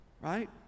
Right